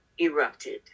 erupted